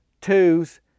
twos